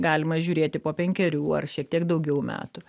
galima žiūrėti po penkerių ar šiek tiek daugiau metų